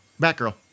Batgirl